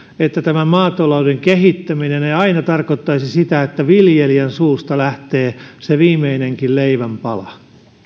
että maatalouden kehittäminen ei aina tarkoittaisi sitä että viljelijän suusta lähtee se viimeinenkin leivänpala